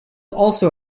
also